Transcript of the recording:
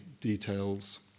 details